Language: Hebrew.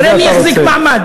נראה מי יחזיק מעמד.